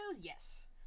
yes